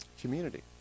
community